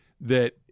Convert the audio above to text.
That-